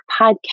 podcast